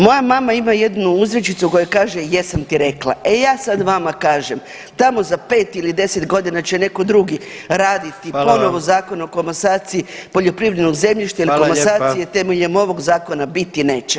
Moja mama ima jednu uzrečicu koja kaže, jesam ti rekla, e ja sad vama kažem, tamo za 5 ili 10 godina će neko drugi raditi ponovo [[Upadica: Hvala vam.]] Zakon o komasaciji poljoprivrednog zemljišta jer komasacije temeljem ovog [[Upadica: Hvala lijepa.]] zakona biti neće.